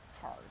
hard